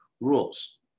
rules